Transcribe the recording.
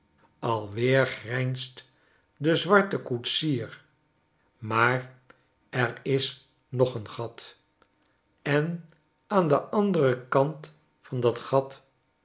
alweer grijnst de zwarte koetsier maar er is nog een gat en aan den anderen kant van dat gat